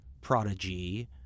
prodigy